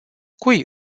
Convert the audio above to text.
cui